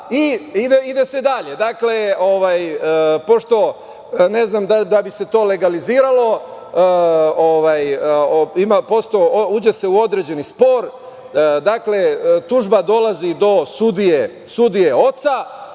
ide se dalje. Dakle, pošto, ne znam, da bi se to legalizovalo, uđe se u određeni spor. Dakle, tužba dolazi do sudije,